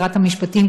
שרת המשפטים,